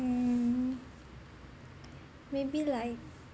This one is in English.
um maybe like